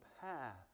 path